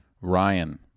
Ryan